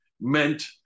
meant